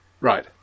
Right